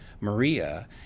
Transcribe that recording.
maria